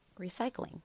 recycling